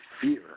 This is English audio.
fear